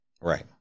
Right